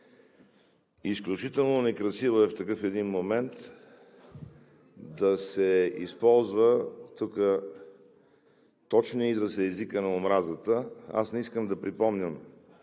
Изключително некрасиво е в един такъв момент да се използва – тук точният израз е – езикът на омразата. Аз не искам да припомням